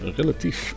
relatief